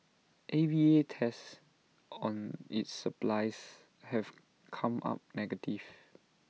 A V A tests on its supplies have come up negative